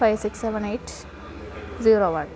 five six seven eight zero one